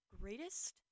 greatest